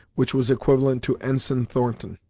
which was equivalent to ensign thornton.